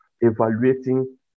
evaluating